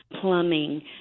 plumbing